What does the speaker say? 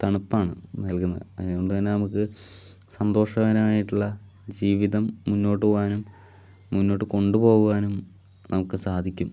തണുപ്പാണ് നൽകുന്നത് അതു കൊണ്ട് തന്നെ നമുക്ക് സന്തോഷവാനായിട്ടുള്ള ജീവിതം മുൻപോട്ട് പോകാനും മുൻപോട്ട് കൊണ്ട് പോകുവാനും നമുക്ക് സാധിക്കും